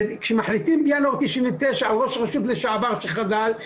כשמחליטים בינואר 99' על ראש רשות לשעבר שחדל,